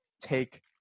take